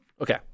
okay